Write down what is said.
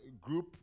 group